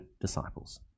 disciples